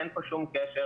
אין פה שום קשר.